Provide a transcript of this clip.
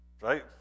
right